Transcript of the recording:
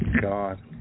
God